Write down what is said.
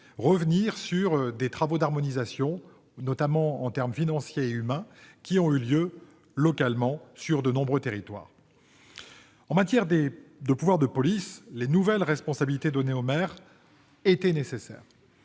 compromettre des travaux d'harmonisation, notamment en termes financiers et humains, qui ont eu lieu localement dans de nombreux territoires. En matière de pouvoir de police, les nouvelles responsabilités données aux maires étaient nécessaires.